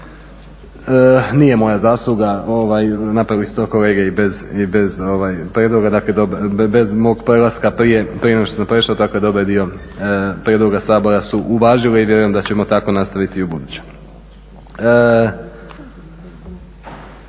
Nije moja zasluga. Napravili su to kolege i bez prijedloga, dakle bez mog prelaska prije, prije nego što sam prešao tako da ovaj dio prijedloga Sabora su uvažili i vjerujem da ćemo tako nastaviti i u buduće.